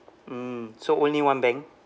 mm so only one bank